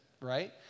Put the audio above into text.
right